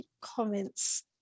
comments